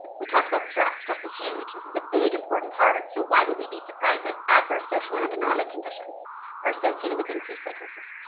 we talked about stress, stress is huge. this is a big important part so why would we be surprised that adverse social and economic conditions are associated with increased psychosis?